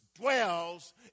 dwells